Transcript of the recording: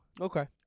Okay